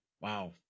Wow